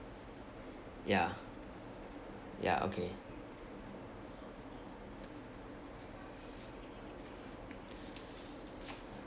ya ya okay